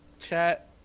chat